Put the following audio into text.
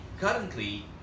Currently